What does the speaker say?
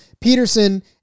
Peterson